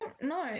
No